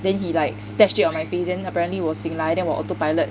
then he like splash it on my face and apparently 我醒来 then 我 autopilot